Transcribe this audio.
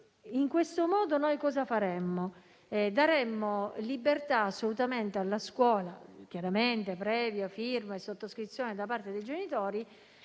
In questo modo noi cosa faremmo? Daremmo libertà assolutamente alla scuola, chiaramente previa firma e sottoscrizione da parte dei genitori,